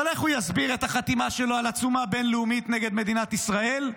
אבל איך הוא יסביר את החתימה שלו על עצומה בין-לאומית נגד מדינת ישראל?